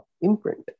imprint